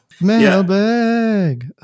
Mailbag